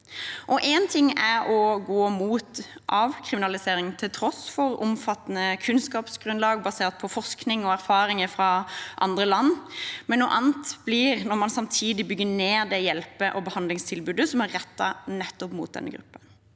En ting er å gå imot avkriminalisering – til tross for et omfattende kunnskapsgrunnlag basert på forskning og erfaringer fra andre land. Noe annet blir det når man samtidig bygger ned det hjelpe- og behandlingstilbudet som er rettet mot nettopp denne gruppen.